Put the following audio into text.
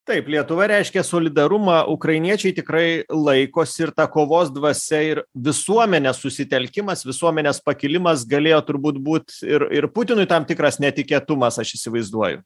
taip lietuva reiškia solidarumą ukrainiečiai tikrai laikosi ir ta kovos dvasia ir visuomenės susitelkimas visuomenės pakilimas galėjo turbūt būt ir ir putinui tam tikras netikėtumas aš įsivaizduoju